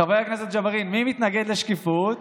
חבר הכנסת ג'בארין, מי מתנגד לשקיפות?